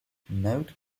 note